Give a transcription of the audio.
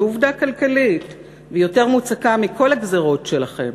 זו עובדה כלכלית והיא יותר מוצקה מכל הגזירות שלכם,